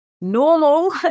normal